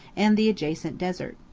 and the adjacent desert.